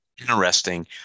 interesting